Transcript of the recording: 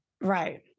Right